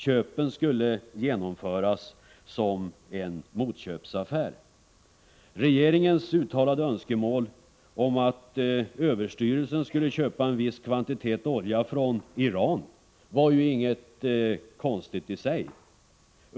Köpen skulle genomföras som en motköpsaffär. Regeringens uttalade önskemål om att överstyrelsen skulle köpa en viss kvantitet olja från Iran var ingenting konstigt i sig.